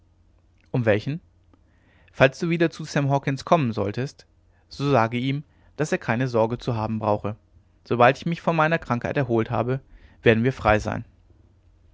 um welchen falls du wieder zu sam hawkens kommen solltest so sage ihm daß er keine sorge zu haben brauche sobald ich mich von meiner krankheit erholt habe werden wir frei sein